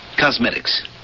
Cosmetics